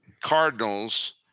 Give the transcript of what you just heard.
Cardinals